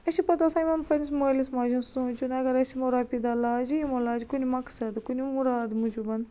أسۍ پتہٕ آسان یِمن مٲلِس ماجہِ ہِنٛد سونچُن اگر یِمو اسہِ روپیہِ دہ لاجہِ یِمو لاجہِ کُنۍ مقصدٕ کُنۍ مُرادٕ موٗجوٗبن